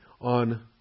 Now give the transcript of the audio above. on